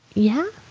yeah?